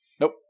Nope